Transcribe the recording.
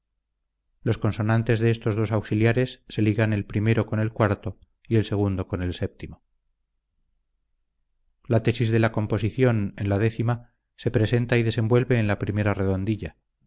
los consonantes de estos dos auxiliares se ligan el primero con el cuarto y el segundo con el séptimo la tesis de la composición en la décima se presenta y desenvuelve en la primera redondilla